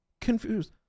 confused